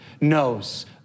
knows